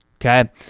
Okay